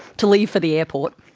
to leave for the airport.